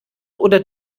oder